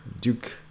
Duke